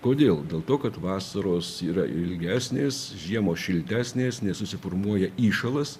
kodėl dėl to kad vasaros yra ilgesnės žiemos šiltesnės nesusiformuoja įšalas